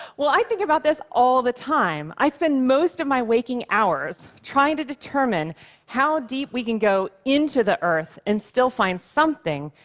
well, i think about this all the time. time. i spend most of my waking hours trying to determine how deep we can go into the earth and still find something,